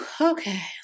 Okay